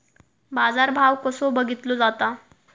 बाजार भाव कसो बघीतलो जाता?